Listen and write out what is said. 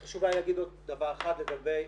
חשוב לי להגיד עוד דבר אחד, לגבי